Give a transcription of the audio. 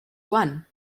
one